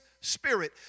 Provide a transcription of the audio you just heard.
Spirit